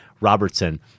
Robertson